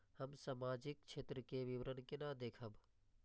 हम सामाजिक क्षेत्र के विवरण केना देखब?